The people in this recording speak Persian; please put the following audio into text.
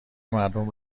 مردم